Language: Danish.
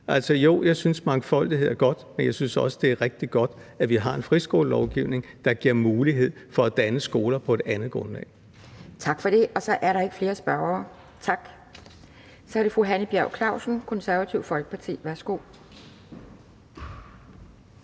Så jo, jeg synes, mangfoldighed er godt, men jeg synes også, det er rigtig godt, at vi har en friskolelovgivning, der giver mulighed for at danne skoler på et andet grundlag. Kl. 12:05 Anden næstformand (Pia Kjærsgaard): Tak for det. Så er der ikke flere spørgere. Så er det fru Hanne Bjørn-Klausen, Konservative Folkeparti. Værsgo.